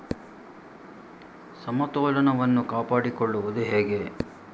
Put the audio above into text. ಸಮತೋಲನವನ್ನು ಕಾಪಾಡಿಕೊಳ್ಳುವುದು ಹೇಗೆ?